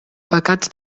pecats